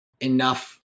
enough